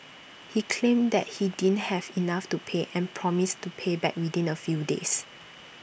he claimed that he didn't have enough to pay and promised to pay back within A few days